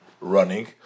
running